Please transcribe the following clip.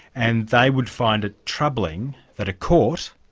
and they would find it troubling that a court,